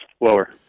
Lower